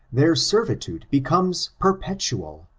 their servitude be comes perpetual,